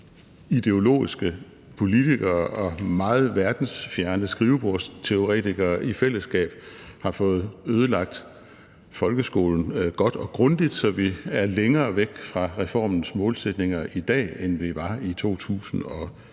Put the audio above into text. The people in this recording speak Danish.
at ideologiske politikere og meget verdensfjerne skrivebordsteoretikere i fællesskab har fået ødelagt folkeskolen godt og grundigt, så vi er længere væk fra reformens målsætninger i dag, end vi var i